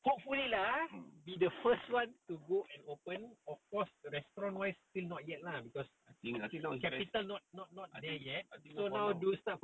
I think now it's best it's best I think for now